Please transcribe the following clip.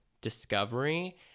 discovery